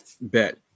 Bet